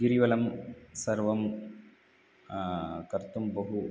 गिरिवलं सर्वं कर्तुं बहु